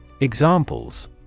Examples